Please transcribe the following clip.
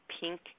pink